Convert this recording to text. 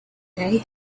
day